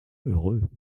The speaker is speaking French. heureux